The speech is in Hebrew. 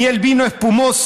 נייל בינו פימוסו,